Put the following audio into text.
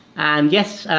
and yes,